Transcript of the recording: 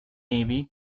navy